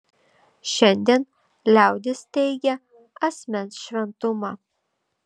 šiandien liaudis teigia asmens šventumą